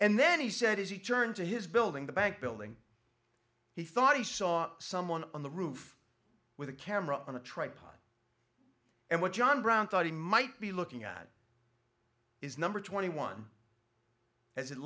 and then he said as he turned to his building the bank building he thought he saw someone on the roof with a camera on a tripod and what john brown thought he might be looking at is number twenty one as it